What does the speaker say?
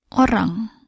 Orang